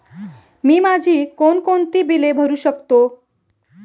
मी माझी कोणकोणती बिले भरू शकतो?